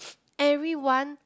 everyone